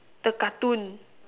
the cartoon